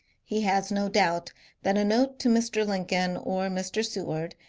he has no doubt that a note to mr. lincoln or mr. seward,